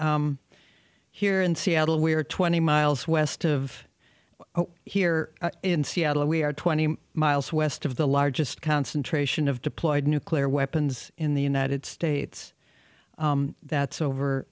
here in seattle where twenty miles west of here in seattle we are twenty miles west of the largest concentration of deployed nuclear weapons in the united states that's over